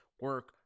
Work